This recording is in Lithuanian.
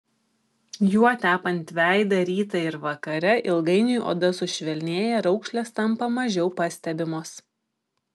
juo tepant veidą rytą ir vakare ilgainiui oda sušvelnėja raukšlės tampa mažiau pastebimos